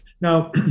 now